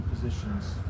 positions